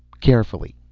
carefully,